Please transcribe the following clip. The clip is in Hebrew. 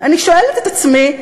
אני שואלת את עצמי,